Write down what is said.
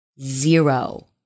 Zero